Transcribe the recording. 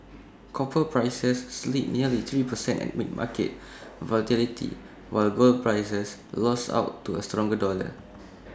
copper prices slid nearly three per cent amid market volatility while gold prices lost out to A stronger dollar